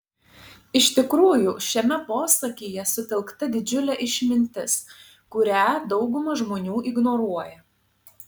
iš tikrųjų šiame posakyje sutelkta didžiulė išmintis kurią dauguma žmonių ignoruoja